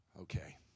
Okay